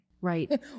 Right